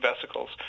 vesicles